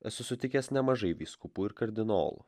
esu sutikęs nemažai vyskupų ir kardinolų